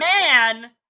Man